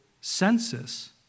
census